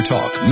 Talk